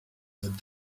that